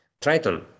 Triton